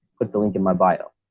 click the link in my bio.